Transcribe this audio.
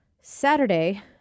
Saturday